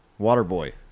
Waterboy